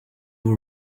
were